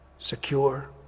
secure